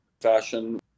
fashion